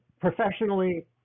professionally